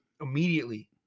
Immediately